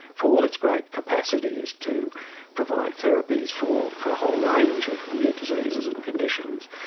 for all its great capacities to provide therapies for for a whole range of new diseases and conditions.